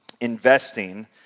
investing